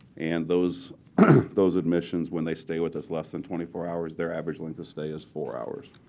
and those those admissions when they stay with us less than twenty four hours, their average length of stay is four hours.